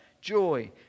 joy